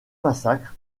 massacre